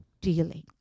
dealing